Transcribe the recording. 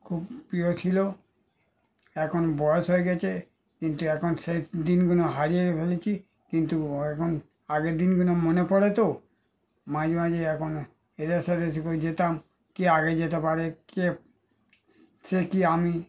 খুব প্রিয় ছিল এখন বয়স হয়ে গিয়েছে কিন্তু এখন সেই দিনগুলো হারিয়ে ফেলেছি কিন্তু এখন আগের দিনগুলো মনে পড়ে তো মাঝে মাঝে এখন এদের সাথে স্কুল যেতাম কে আগে যেতে পারে কে সে কী আমি